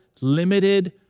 limited